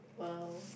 !wow!